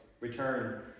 return